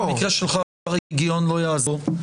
במקרה שלך רגיעון לא יעזור.